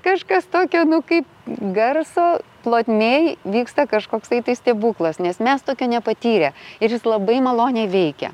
kažkas tokio nu kaip garso plotmėj vyksta kažkoksai stebuklas nes mes tokio nepatyrę ir jis labai maloniai veikia